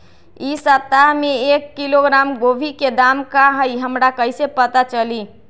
इ सप्ताह में एक किलोग्राम गोभी के दाम का हई हमरा कईसे पता चली?